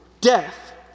death